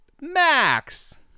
Max